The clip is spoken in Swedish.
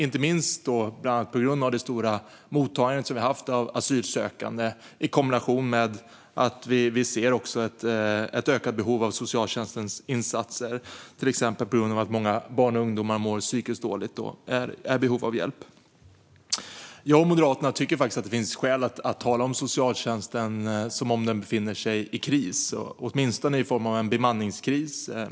Inte minst är det så på grund av det stora mottagandet av asylsökande som vi har haft i kombination med att vi också ser ett ökat behov av socialtjänstens insatser, till exempel för att många barn och ungdomar mår psykiskt dåligt och är i behov av hjälp. Jag och Moderaterna tycker att det finns skäl att tala om socialtjänsten som om den befinner sig i kris, åtminstone i form av en bemanningskris.